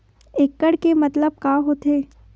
एकड़ के मतलब का होथे?